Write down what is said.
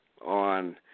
On